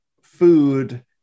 food